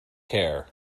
care